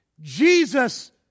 Jesus